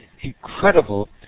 incredible